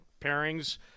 pairings